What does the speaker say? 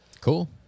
cool